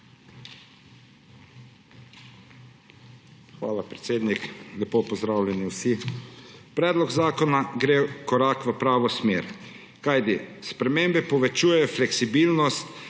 Hvala, predsednik. Lepo pozdravljeni vsi! Predlog zakona gre korak v pravo smer, kajti spremembe povečujejo fleksibilnost,